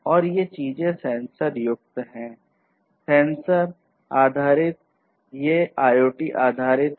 और ये चीजें सेंसर युक्त हैं सेंसर आधारित ये IoT आधारित हैं